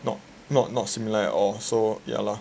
not not not similar at all so ya lah